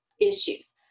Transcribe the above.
issues